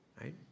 right